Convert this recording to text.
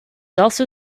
also